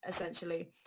essentially